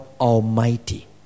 Almighty